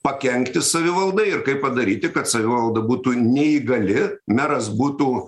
pakenkti savivaldai ir kaip padaryti kad savivalda būtų neįgali meras būtų